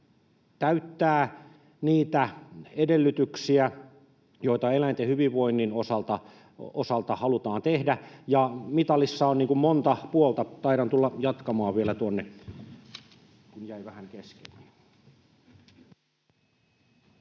täyttää niitä edellytyksiä, joita eläinten hyvinvoinnin osalta halutaan tehdä, ja mitalissa on monta puolta. — Taidan tulla jatkamaan vielä tuonne, kun jäi vähän kesken.